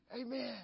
Amen